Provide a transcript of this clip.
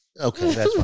Okay